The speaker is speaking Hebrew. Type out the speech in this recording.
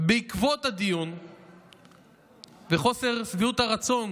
בעקבות הדיון וחוסר שביעות הרצון